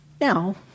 Now